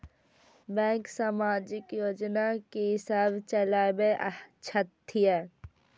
Bank समाजिक योजना की सब चलावै छथिन?